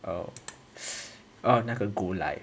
oh oh 那个